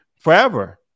forever